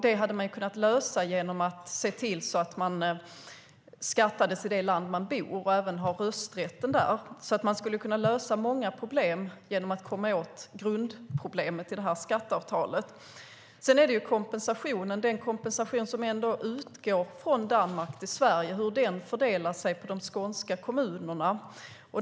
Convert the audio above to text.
Det hade man kunnat lösa genom att se till att människor beskattades i det land där de bor och även har rösträtten där. Man skulle kunna lösa många problem genom att komma åt grundproblemet i skatteavtalet. Sedan handlar om hur den kompensation som ändå utgår från Danmark till Sverige fördelar sig på de skånska kommunerna.